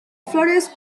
flores